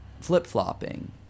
flip-flopping